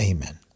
Amen